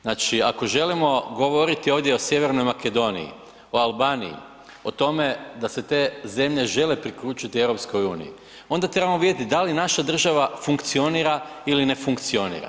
Znači ako želimo ovdje govoriti o Sjevernoj Makedoniji, o Albaniji, o tome da se te zemlje žele priključiti EU, onda trebamo vidjeti da li naša država funkcionira ili ne funkcionira.